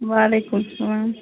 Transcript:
وعلیکُم سلام